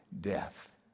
death